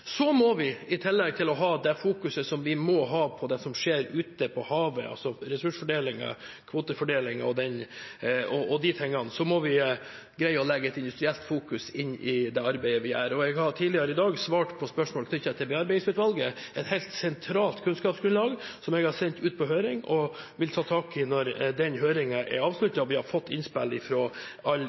I tillegg til fokuset vi må ha på det som skjer ute på havet, altså ressursfordeling, kvotefordeling og slikt, må vi greie å ha et industrielt fokus i det arbeidet vi gjør. Jeg har tidligere i dag svart på spørsmål knyttet til bearbeidingsutvalget. Det er et helt sentralt kunnskapsgrunnlag, som jeg har sendt ut på høring. Jeg vil ta tak i det når høringen er avsluttet og vi har fått innspill